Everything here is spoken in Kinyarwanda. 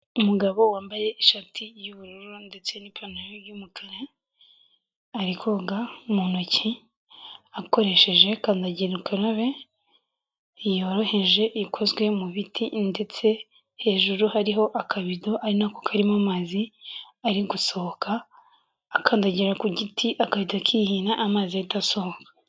Umugabo wambaye ishati y'ubururu ndetse n'ipantaro y'umukara, ari koga mu ntoki akoresheje kandagira ukarabe yoroheje ikozwe mu biti ndetse hejuru hariho akabido ari na ko karimo amazi ari gusohoka, akandagira ku giti akabido kihina amazi ahita asohoka.